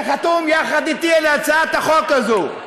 שחתום יחד אתי על הצעת החוק הזאת,